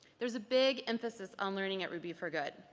there's a big emphasis on learning at ruby for good.